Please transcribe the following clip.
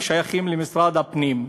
הם שייכים למשרד הפנים.